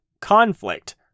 conflict